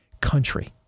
country